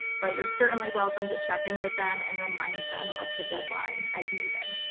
but you're certainly welcome to check in with them and remind them of the deadline as needed.